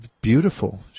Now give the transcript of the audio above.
beautiful